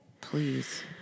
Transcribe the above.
Please